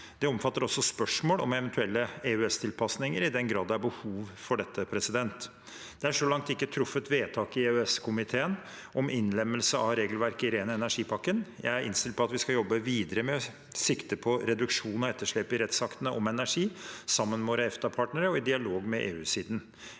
Det omfatter også spørsmål om eventuelle EØS-tilpasninger, i den grad det er behov for dette. Det er så langt ikke truffet vedtak i EØS-komiteen om innlemmelse av regelverket i Ren energi-pakken. Jeg er innstilt på at vi skal jobbe videre med sikte på reduksjon av etterslepet i rettsaktene om energi sammen med våre EFTA-partnere og i dialog med EU-siden.